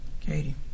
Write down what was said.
Katie